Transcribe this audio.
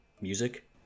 music